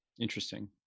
Interesting